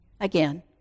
Again